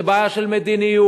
זו בעיה של מדיניות.